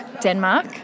Denmark